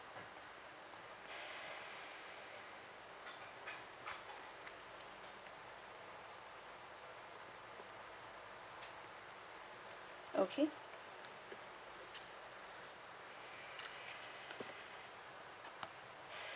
okay